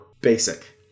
basic